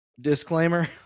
disclaimer